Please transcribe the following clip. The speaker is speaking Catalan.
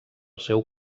seu